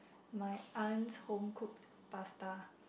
my aunt's home cooked pasta